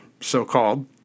so-called